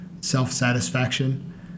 self-satisfaction